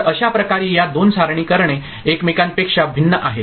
तर अशा प्रकारे या दोन सादरीकरणे एकमेकांपेक्षा भिन्न आहेत